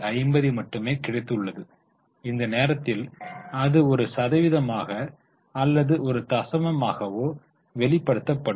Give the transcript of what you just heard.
50 மட்டுமே கிடைத்துள்ளது இந்த நேரத்தில் அது ஒரு சதவீதமாக அல்லது ஒரு தசமமாகவோ வெளிப்படுத்தப்படும்